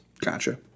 Gotcha